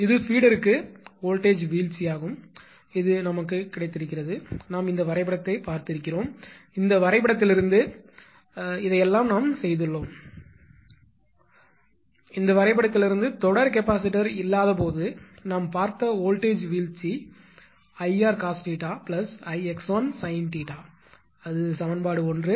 இது பீடர்ற்கு வோல்ட்டேஜ் வீழ்ச்சியாகும் இது நமக்கு கிடைத்தது நாம் இந்த வரைபடத்தை பார்த்திருக்கிறோம் இந்த வரைபடத்திலிருந்து இதை எல்லாம் செய்துள்ளோம் இந்த வரைபடத்திலிருந்து தொடர் கெபாசிட்டர் இல்லாதபோது நாம் பார்த்த வோல்ட்டேஜ் வீழ்ச்சி 𝐼𝑟 cos 𝜃 𝐼𝑥l sin 𝜃 அது சமன்பாடு 1